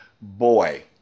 boy